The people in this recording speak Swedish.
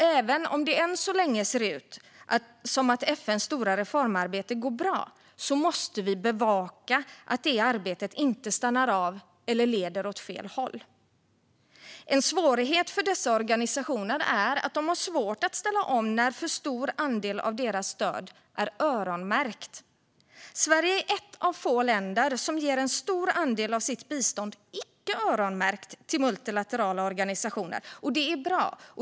Även om det än så länge ser ut som att FN:s stora reformarbete går bra måste vi bevaka att det arbetet inte stannar av eller leder åt fel håll. En svårighet för dessa organisationer är att de har svårt att ställa om när en för stor andel av deras stöd är öronmärkt. Sverige är ett av få länder som ger en stor andel av sitt bistånd icke öronmärkt till multilaterala organisationer, vilket är bra.